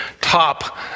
top